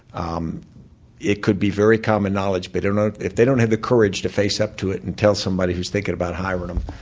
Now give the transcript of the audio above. um it could be very common knowledge, but ah if they don't have the courage to face up to it and tell somebody who's thinking about hiring them,